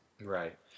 Right